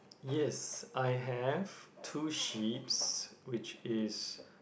yes I have two sheep's which is